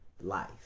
life